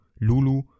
Lulu